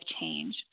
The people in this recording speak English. change